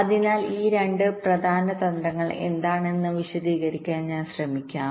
അതിനാൽ ഈ 2 പ്രധാന തന്ത്രങ്ങൾ എന്താണെന്ന് വിശദീകരിക്കാൻ ഞാൻ ശ്രമിക്കാം